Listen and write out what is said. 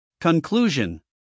Conclusion